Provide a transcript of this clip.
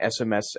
SMS